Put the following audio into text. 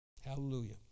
Hallelujah